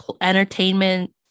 entertainment